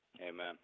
Amen